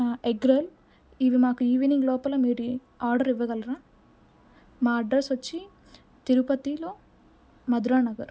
egg roll ఇవి మాకు evening లోపల మీరు ఆర్డర్ ఇవ్వగలరా మా అడ్రస్ వచ్చి తిరుపతిలో మధురా నగర్